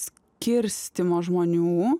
skirstymo žmonių